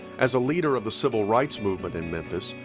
as a leader of the civil rights movement in memphis,